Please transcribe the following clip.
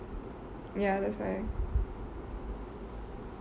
ya that's why